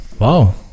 Wow